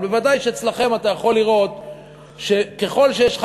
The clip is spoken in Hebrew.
אבל בוודאי שאצלכם אתה יכול לראות שככל שיש לך